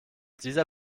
dieser